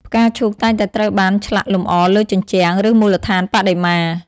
ផ្កាឈូកតែងតែត្រូវបានឆ្លាក់លម្អលើជញ្ជាំង ឬមូលដ្ឋានបដិមា។